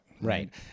Right